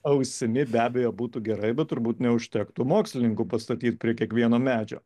ausimi be abejo būtų gerai bet turbūt neužtektų mokslininkų pastatyt prie kiekvieno medžio